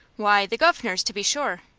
why, the guv'nor's, to be sure.